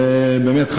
ובאמת,